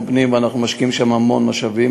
פנים ואנחנו משקיעים שם המון משאבים,